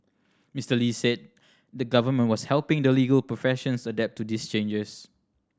Mister Lee said the Government was helping the legal professions adapt to these changes